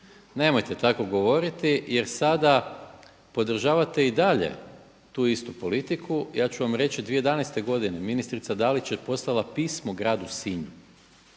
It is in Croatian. nemojte tako govoriti jer sada podržavate i dalje tu istu politiku. Ja ću vam reći 2011. godine ministrica Dalić je poslala pismo gradu Sinju